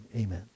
amen